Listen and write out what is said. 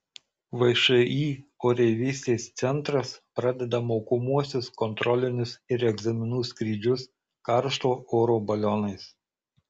všį oreivystės centras pradeda mokomuosius kontrolinius ir egzaminų skrydžius karšto oro balionais